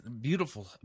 beautiful